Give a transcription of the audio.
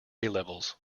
levels